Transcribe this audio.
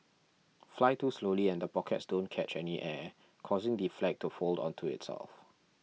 fly too slowly and the pockets don't catch any air causing the flag to fold onto itself